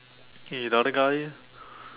okay the other guy